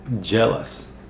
Jealous